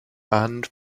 and